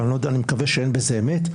ואני מקווה שאין בזה אמת,